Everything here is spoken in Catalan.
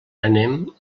anem